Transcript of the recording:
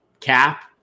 cap